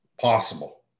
possible